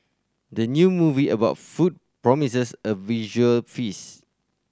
the new movie about food promises a visual feast